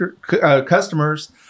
customers